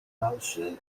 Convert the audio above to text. dalszy